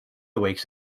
awakes